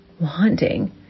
wanting